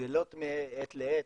גדלות מעת לעת,